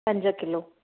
पंज किलो